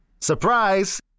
Surprise